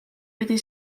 pidi